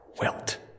wilt